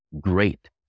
great